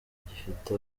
gifite